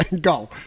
go